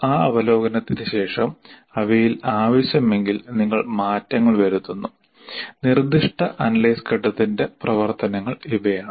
ആ അവലോകനത്തിന് ശേഷം അവയിൽ ആവശ്യമെങ്കിൽ നിങ്ങൾ മാറ്റങ്ങൾ വരുത്തുന്നു നിർദ്ദിഷ്ട അനലൈസ് ഘട്ടത്തിന്റെ പ്രവർത്തനങ്ങൾ ഇവയാണ്